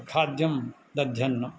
खाद्यं दध्यन्नम्